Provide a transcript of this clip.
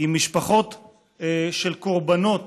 עם משפחות של קורבנות